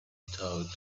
thought